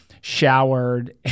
showered